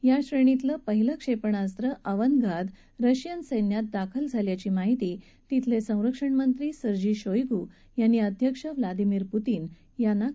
या श्रेणीतलं पहिलं क्षेपणास्त्र अवनगार्द रशियन सैन्यात दाखल झाल्याची माहिती तिथले संरक्षण मत्री सर्जी शोईगु यांनी अध्यक्ष व्लादिमीर पुतीन यांना काल दिली